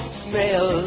smell